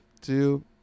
two